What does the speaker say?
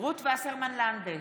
רות וסרמן לנדה,